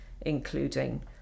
including